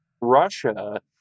Russia